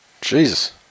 Jesus